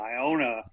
Iona